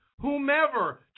Whomever